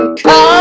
come